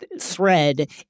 thread